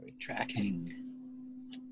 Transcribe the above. Tracking